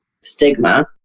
stigma